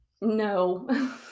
No